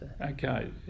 Okay